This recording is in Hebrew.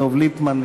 דב ליפמן,